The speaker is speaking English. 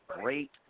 great